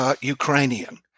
Ukrainian